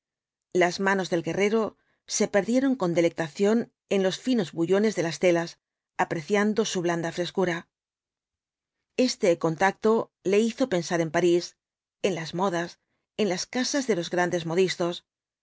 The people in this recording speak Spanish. las manos del guerrero se perdieron con delectación en los finos bullones de las telas apreciando su blanda frescura este contacto le hizo pensar en parís en las modas en las casas de los grandes modistos